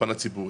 בפן הציבורי.